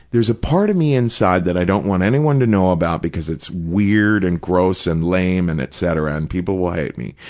there's a part of me inside that i don't want anyone to know about because it's weird and gross and lame and etc. and people will hate me,